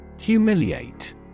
Humiliate